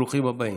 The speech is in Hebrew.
ברוכים הבאים.